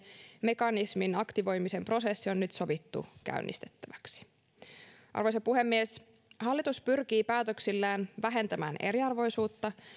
mekanismin aktivoimisen prosessi on nyt sovittu käynnistettäväksi arvoisa puhemies hallitus pyrkii päätöksillään vähentämään eriarvoisuutta